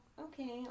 Okay